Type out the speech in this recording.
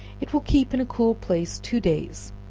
it will keep in a cool place two days,